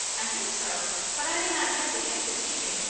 i think so but i may not have the gift of teaching.